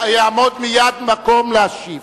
יעמוד מייד מקום להשיב.